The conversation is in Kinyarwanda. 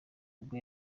ubwo